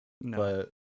No